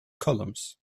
columns